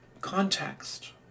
context